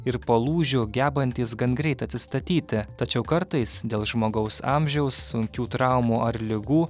ir po lūžių gebantys gan greit atsistatyti tačiau kartais dėl žmogaus amžiaus sunkių traumų ar ligų